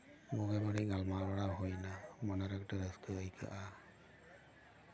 ᱵᱳᱜᱮ ᱵᱟᱹᱲᱤᱡ ᱜᱟᱞᱢᱟᱨᱟᱣ ᱵᱟᱲᱟ ᱦᱩᱭᱮᱱᱟ ᱢᱚᱱᱮ ᱨᱮ ᱢᱤᱫᱴᱮᱱ ᱨᱟᱹᱥᱠᱟᱹ ᱟᱹᱭᱠᱟᱹᱜᱼᱟ